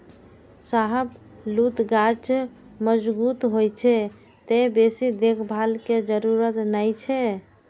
शाहबलूत गाछ मजगूत होइ छै, तें बेसी देखभाल के जरूरत नै छै